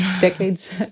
decades